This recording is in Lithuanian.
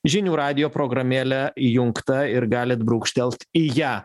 žinių radijo programėlė įjungta ir galit brūkštelt į ją